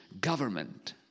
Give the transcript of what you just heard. government